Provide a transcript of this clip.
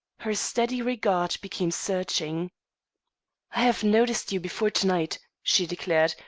her steady regard became searching. i have noticed you before to-night, she declared,